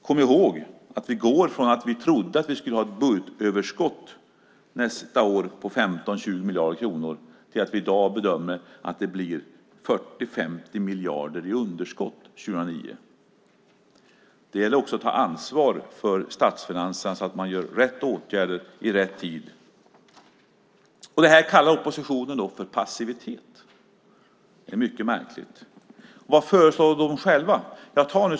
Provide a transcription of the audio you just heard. Kom ihåg att vi går från att vi trodde att vi skulle ha ett budgetöverskott nästa år på 15-20 miljarder kronor till att vi i dag bedömer att det blir 40-50 miljarder i underskott 2009. Det gäller att ta ansvar för statsfinanserna så att man vidtar rätt åtgärder i rätt tid. Det här kallar oppositionen för passivitet. Det är mycket märkligt. Vad föreslår de själva?